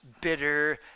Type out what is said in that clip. bitter